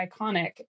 iconic